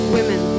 Women